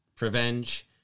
Revenge